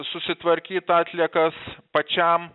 susitvarkyt atliekas pačiam